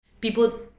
people